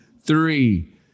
three